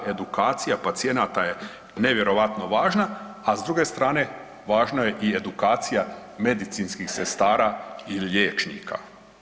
Edukacija pacijenata je nevjerojatno važna, a s druge strane važna je i edukacija medicinskih sestara i liječnika.